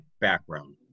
background